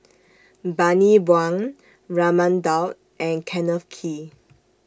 Bani Buang Raman Daud and Kenneth Kee